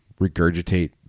regurgitate